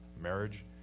marriage